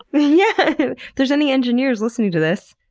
but yeah there's any engineers listening to this,